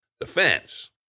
defense